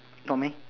not meh